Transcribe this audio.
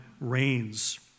reigns